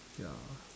ya